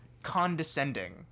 Condescending